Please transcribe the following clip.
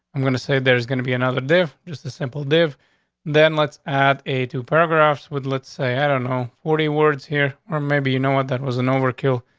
i'm going to say there's gonna be another day, just a simple live then let's add a two paragraphs with, let's say, i don't know forty words here. or maybe you know what? that was an overkill.